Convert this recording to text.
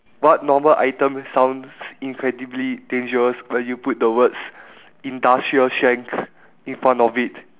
what normal items sounds incredibly dangerous when you put the words industrial strength in front of it